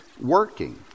working